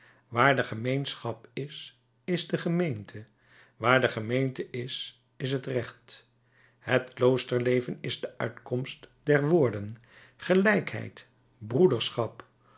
waar de gemeenschap is is de gemeente waar de gemeente is is het recht het kloosterleven is de uitkomst der woorden gelijkheid broederschap